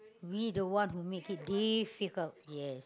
we the one that make it difficult ya